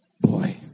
boy